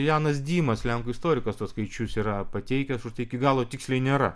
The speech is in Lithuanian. janas dimas lenkų istorikas tuos skaičius yra pateikęs užtai iki galo tiksliai nėra